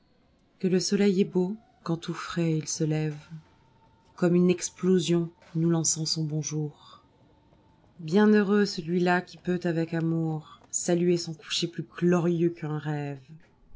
que le soleil est beau quand tout frais il se lève comme une explosion nous lançant son bonjour bienheureux celui-là qui peut avec amoursaluer son coucher plus glorieux qu'un rêve